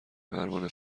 پروانه